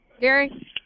Gary